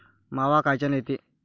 मावा कायच्यानं येते?